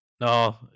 No